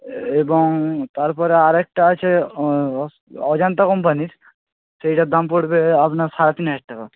এবং তারপরে আরেকটা আছে অজন্তা কোম্পানির সেইটার দাম পড়বে আপনার সাড়ে তিন হাজার টাকা